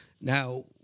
Now